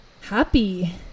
Happy